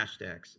hashtags